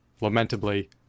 Lamentably